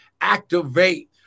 activate